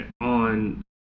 on